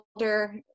older